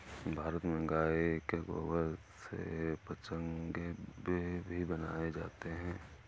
भारत में गाय के गोबर से पंचगव्य भी बनाया जाता है